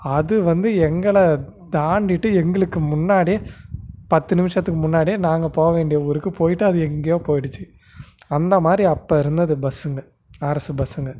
அது வந்து எங்களை தாண்டிட்டு எங்களுக்கு முன்னாடியே பத்து நிமிஷத்துக்கு முன்னாடியே நாங்கள் போக வேண்டிய ஊருக்கு போயிட்டு அது எங்கேயோ போயிடுச்சு அந்த மாதிரி அப்போ இருந்தது பஸ்ஸுங்க அரசு பஸ்ஸுங்க